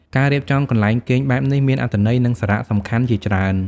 ការរៀបចំកន្លែងគេងបែបនេះមានអត្ថន័យ និងសារៈសំខាន់ជាច្រើន។